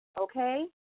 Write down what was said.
okay